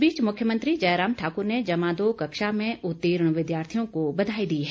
इस बीच मुख्यमंत्री जयराम ठाकुर ने जमा दो कक्षा में उत्तीर्ण विद्यार्थियों को बधाई दी है